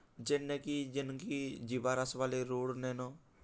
ଯେନ୍ଟାକି ଯେନକି ଯିବାର୍ ଆସ୍ବାର୍ ଲାଗି ରୋଡ଼୍ ନାଇ ନ